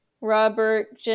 Robert